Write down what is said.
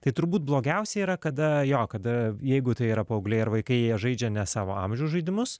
tai turbūt blogiausia yra kada jo kada jeigu tai yra paaugliai ar vaikai jie žaidžia ne savo amžiaus žaidimus